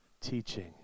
teaching